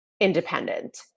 independent